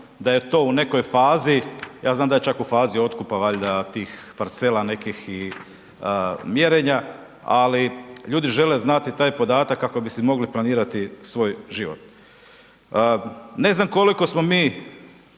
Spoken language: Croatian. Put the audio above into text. da je to u nekoj fazi, ja znam da je čak u fazi otkupa valjda tih parcela nekih i mjerenja, ali ljudi žele znati taj podatak kako bi si mogli planirati svoj život. Ne znam koliko smo mi